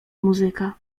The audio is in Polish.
muzyka